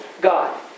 God